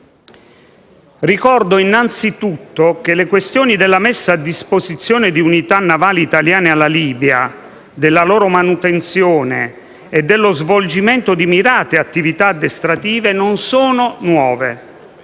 Ricordo innanzitutto che le questioni della messa a disposizione di unità navali italiane alla Libia, della loro manutenzione e dello svolgimento di mirate attività addestrative non sono nuove,